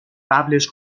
قبلش